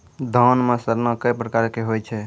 धान म सड़ना कै प्रकार के होय छै?